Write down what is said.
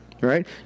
Right